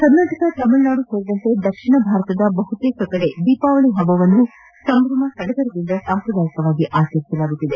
ಕರ್ನಾಟಕ ತಮಿಳುನಾಡು ಸೇರಿದಂತೆ ದಕ್ಷಿಣ ಭಾರತದ ಬಹುತೇಕ ಕಡೆ ದೀಪಾವಳಿ ಹಬ್ಬವನ್ನು ಸಂಭ್ರಮ ಸಡಗರದಿಂದ ಸಾಂಪ್ರದಾಯಿಕವಾಗಿ ಆಚರಿಸಲಾಗುತ್ತಿದೆ